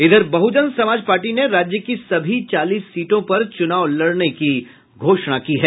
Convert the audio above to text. इधर बहुजन समाज पार्टी ने राज्य की सभी चालीस सीटों पर चुनाव लड़ने की घोषणा की है